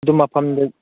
ꯑꯗꯨ ꯃꯐꯝꯗ